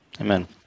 Amen